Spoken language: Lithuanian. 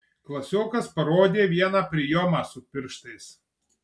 klasiokas parodė vieną prijomą su pirštais